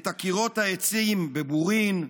את עקירות העצים בבורין,